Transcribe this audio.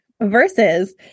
versus